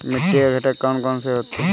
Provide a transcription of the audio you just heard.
मिट्टी के घटक कौन से होते हैं?